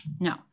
No